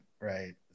right